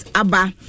abba